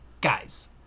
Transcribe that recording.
guys